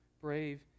brave